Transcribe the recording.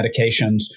medications